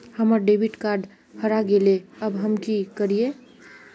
हमर debit card हरा गेले अब हम की करिये?